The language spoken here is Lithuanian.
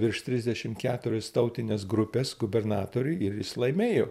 virš trisdešimt keturias tautines grupes gubernatoriui ir jis laimėjo